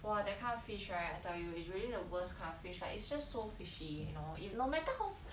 !wah! that kind of fish right I tell you is really the worst kind of fish right it's just so fishy you know it no matter how